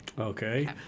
Okay